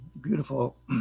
beautiful